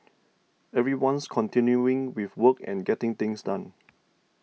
everyone's continuing with work and getting things done